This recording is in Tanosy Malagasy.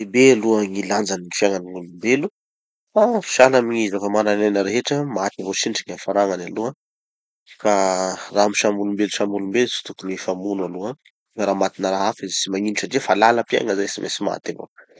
Be aloha gny lanjan'ny gny fiaignan'olom-belo. Fa sahala amy gny zava-manan'aina rehetra, maty avao sinitry gny iafaragnany aloha. Ka raha amy samy olom-belo samy olom-belo tsy tokony hifamono aloha, fa raha matina raha izy tsy magnino satria fa lalam-piaigna zay tsy maintsy maty avao.